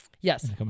Yes